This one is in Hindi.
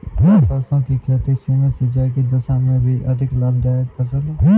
क्या सरसों की खेती सीमित सिंचाई की दशा में भी अधिक लाभदायक फसल है?